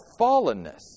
fallenness